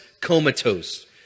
Comatose